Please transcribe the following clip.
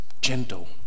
gentle